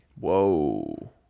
Whoa